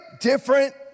different